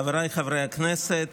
חבריי חברי הכנסת,